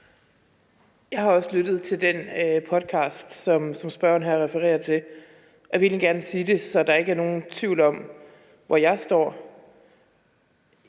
Jeg har også lyttet til den podcast, som spørgeren her refererer til. Jeg vil egentlig gerne sige det, så der ikke er nogen tvivl om, hvor jeg står.